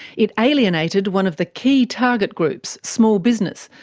it alienated one of the key target groups, small business,